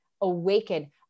awaken